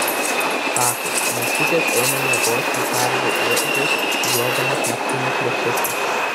sako močiutės eina miegoti į karvių ėdžias bijodamos naktinių plėšikų